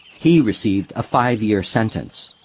he received a five-year sentence.